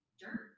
dirt